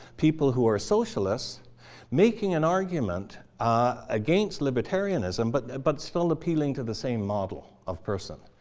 people who are socialists making an argument against libertarianism but but still appealing to the same model of person.